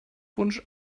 wunsch